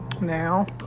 now